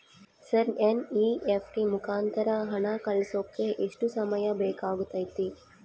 Sir NEFT ಮುಖಾಂತರ ಹಣ ಕಳಿಸೋಕೆ ಎಷ್ಟು ಸಮಯ ಬೇಕಾಗುತೈತಿ?